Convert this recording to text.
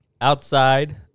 Outside